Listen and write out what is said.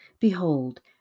Behold